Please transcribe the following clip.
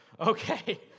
Okay